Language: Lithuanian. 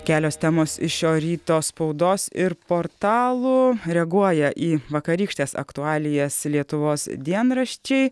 kelios temos iš šio ryto spaudos ir portalų reaguoja į vakarykštes aktualijas lietuvos dienraščiai